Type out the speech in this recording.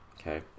Okay